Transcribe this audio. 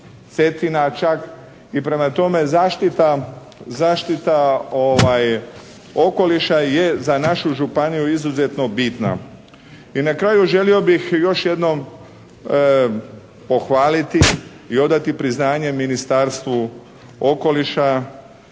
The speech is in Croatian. Cetina čak i prema tome zaštita okoliša je za našu županiju izuzetno bitna. I na kraju želio bih još jednom pohvaliti i odati priznanje Ministarstvu za